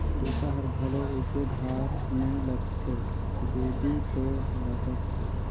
टीका हर घलो एके धार नइ लगथे दुदि तोर लगत हे